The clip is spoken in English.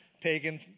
pagan